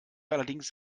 allerdings